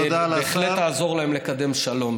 אני בהחלט אעזור להן לקדם שלום.